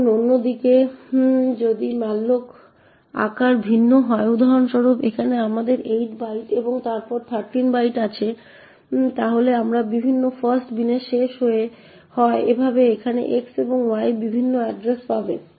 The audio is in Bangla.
এখন অন্য দিকে যদি malloc আকার ভিন্ন হয় উদাহরণস্বরূপ এখানে আমাদের 8 বাইট এবং তারপর 13 বাইট আছে তাহলে তারা বিভিন্ন ফাস্ট বিনে শেষ হয় এভাবে এখানে x এবং y বিভিন্ন এড্রেস পাবে